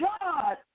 God